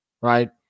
Right